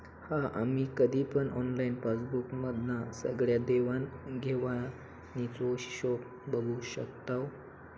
हा आम्ही कधी पण ऑनलाईन पासबुक मधना सगळ्या देवाण घेवाणीचो हिशोब बघू शकताव